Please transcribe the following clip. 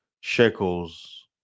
shekels